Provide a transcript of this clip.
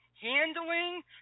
handling